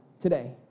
today